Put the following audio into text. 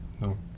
No